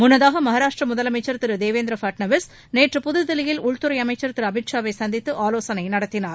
முன்னதாக மகராஷ்டிர முதலமைச்சர் திரு தேவேந்திர ஃபட்னாவிஸ் நேற்று புதுதில்லியில் உள்துறை அமைச்சர் திரு அமித் ஷாவை சந்தித்து ஆலோசனை நடத்தினார்